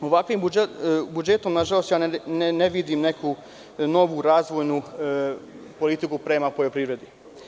Ovakvim budžetom, nažalost, ja ne vidim neku novu razvojnu politiku prema poljoprivredi.